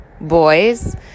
boys